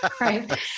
right